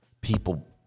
people